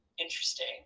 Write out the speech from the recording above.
interesting